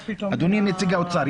אדוני נציג האוצר,